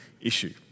issue